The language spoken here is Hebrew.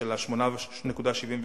של ה-8.75,